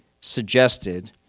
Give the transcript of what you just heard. suggested